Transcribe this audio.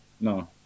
No